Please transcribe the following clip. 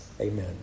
Amen